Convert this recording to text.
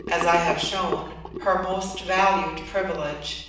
as i have shown, her most valued privilege,